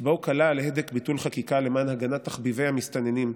שאצבעו קלה על הדק ביטול חקיקה למען הגנת תחביבי המסתננים,